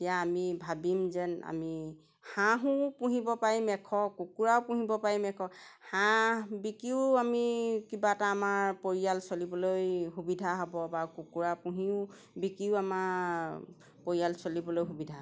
তেতিয়া আমি ভাবিম যেন আমি হাঁহো পুহিব পাৰিম এশ কুকুৰাও পুহিব পাৰিম এশ হাঁহ বিকিও আমি কিবা এটা আমাৰ পৰিয়াল চলিবলৈ সুবিধা হ'ব বা কুকুৰা পুহিও বিকিও আমাৰ পৰিয়াল চলিবলৈ সুবিধা হ'ব